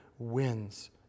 wins